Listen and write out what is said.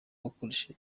ukoresheje